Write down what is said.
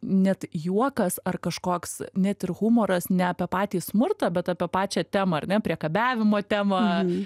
net juokas ar kažkoks net ir humoras ne apie patį smurtą bet apie pačią temą ar ne priekabiavimo temą